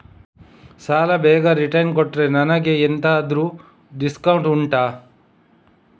ಸಾಲ ಬೇಗ ರಿಟರ್ನ್ ಕೊಟ್ರೆ ನನಗೆ ಎಂತಾದ್ರೂ ಡಿಸ್ಕೌಂಟ್ ಉಂಟಾ